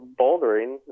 bouldering